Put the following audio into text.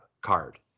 card